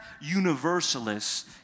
universalists